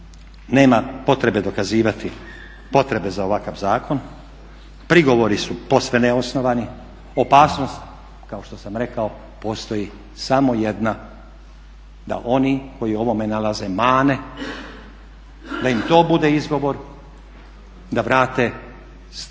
Prema tome, nema potrebe za ovakav zakon, prigovori su posve neosnovani, opasnost kao što sam rekao postoji samo jedna, da oni koji ovome nalaze mane da im to bude izgovor da vrate ovo